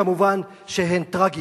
כמובן, שהן טרגיות.